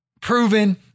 proven